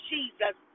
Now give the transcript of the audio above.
Jesus